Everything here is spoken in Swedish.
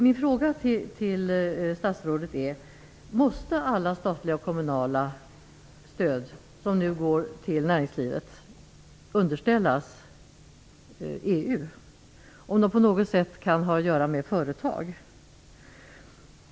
Min fråga till statsrådet är: Måste alla statliga och kommunala stöd som nu utgår till näringslivet underställas EU, om de på något sätt kan ha inriktning på företag?